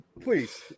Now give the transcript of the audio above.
Please